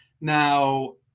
Now